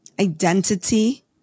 identity